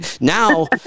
Now